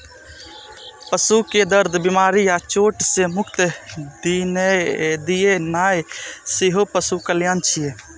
पशु कें दर्द, बीमारी या चोट सं मुक्ति दियेनाइ सेहो पशु कल्याण छियै